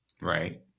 Right